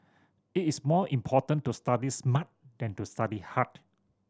it is more important to study smart than to study hard